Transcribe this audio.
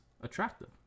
attractive